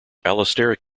allosteric